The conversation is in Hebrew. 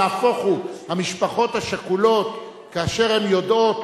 נהפוך הוא, המשפחות השכולות, כאשר הן יודעות